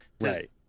right